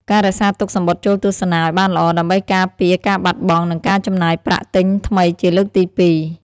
ការរក្សាទុកសំបុត្រចូលទស្សនាឱ្យបានល្អ ដើម្បីការពារការបាត់បង់ និងការចំណាយប្រាក់ទិញថ្មីជាលើកទីពីរ។